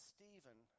Stephen